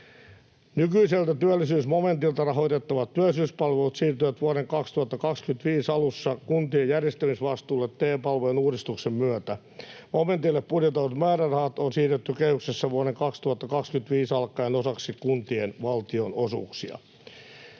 Nykyiseltä työllisyysmomentilta rahoitettavat työllisyyspalvelut siirtyvät vuoden 2025 alussa kuntien järjestämisvastuulle TE-palvelujen uudistuksen myötä. Momentille budjetoidut määrärahat on siirretty kehyksessä vuodesta 2025 alkaen osaksi kuntien valtionosuuksia.